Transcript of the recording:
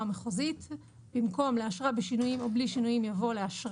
מחוזית."; (ג)במקום סעיף קטן (ב) יבוא: "(ב)